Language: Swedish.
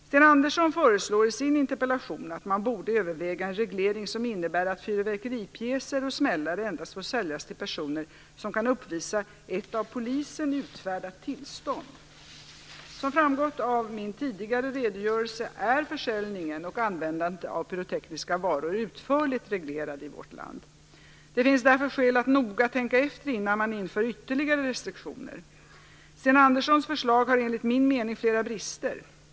Sten Andersson föreslår i sin interpellation att man borde överväga en reglering som innebär att fyrverkeripjäser och smällare endast får säljas till personer som kan uppvisa ett av polisen utfärdat tillstånd. Som framgått av min tidigare redogörelse är försäljningen och användandet av pyrotekniska varor utförligt reglerade i vårt land. Det finns därför skäl att noga tänka efter innan man inför ytterligare restriktioner. Sten Anderssons förslag har enligt min mening flera brister.